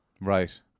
Right